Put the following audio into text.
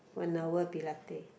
one hour Pilate